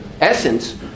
essence